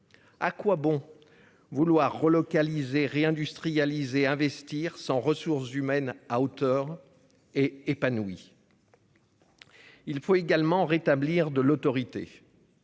À quoi bon vouloir relocaliser réindustrialiser investir sans ressources humaines à hauteur et épanouie. Il faut également rétablir de l'autorité.